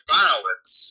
violence